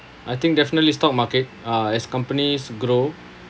I think definitely stock market uh as companies grow